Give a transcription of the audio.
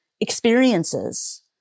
experiences